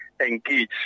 Engage